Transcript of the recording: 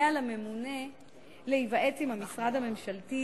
יהיה על הממונה להיוועץ במשרד הממשלתי